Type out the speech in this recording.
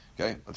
Okay